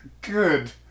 good